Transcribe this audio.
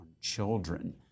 children